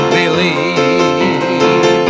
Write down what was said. believe